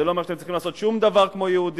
זה לא אומר שאתם צריכים לעשות שום דבר כמו יהודים.